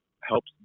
helps